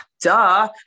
duh